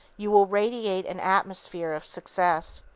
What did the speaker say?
you will radiate an atmosphere of success.